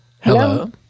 Hello